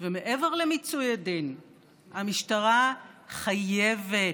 ומעבר למיצוי הדין המשטרה חייבת,